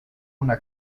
una